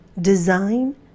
design